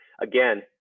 Again